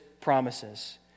promises